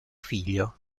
figlio